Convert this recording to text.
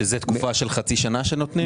שזו תקופה של חצי שנה, שנותנים?